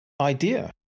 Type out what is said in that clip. idea